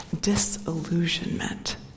disillusionment